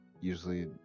Usually